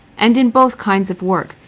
and in both kinds of work,